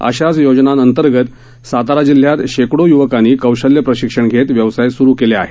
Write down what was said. अशाच योजनांअंतर्गत सातारा जिल्ह्यात शेकडो य्वकांनी कौशल्य प्रशिक्षण घेत व्यवसाय सुरु केले आहेत